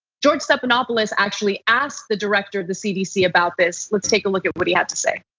george stephanopoulos actually asked the director of the cdc about this, let's take a look at what he had to say.